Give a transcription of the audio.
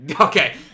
Okay